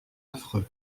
affreux